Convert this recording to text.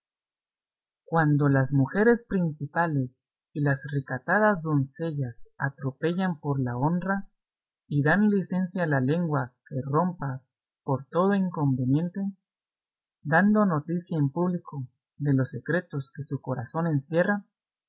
cuando las mujeres principales y las recatadas doncellas atropellan por la honra y dan licencia a la lengua que rompa por todo inconveniente dando noticia en público de los secretos que su corazón encierra